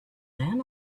then